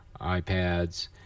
iPads